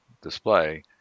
display